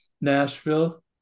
Nashville